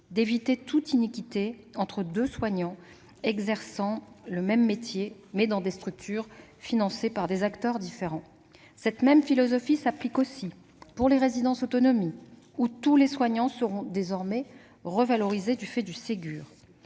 d'éviter toute iniquité entre deux soignants exerçant le même métier mais dans des structures financées par des acteurs différents. Cette philosophie s'appliquera également aux résidences autonomie, dont tous les soignants verront leur rémunération revalorisée grâce au Ségur